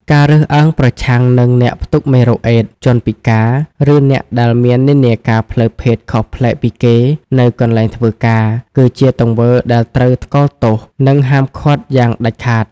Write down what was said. ការរើសអើងប្រឆាំងនឹងអ្នកផ្ទុកមេរោគអេដស៍ ជនពិការ ឬអ្នកដែលមាននិន្នាការផ្លូវភេទខុសប្លែកពីគេនៅកន្លែងធ្វើការ គឺជាទង្វើដែលត្រូវថ្កោលទោស និងហាមឃាត់យ៉ាងដាច់ខាត។